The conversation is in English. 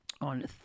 on